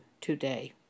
today